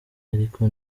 ariko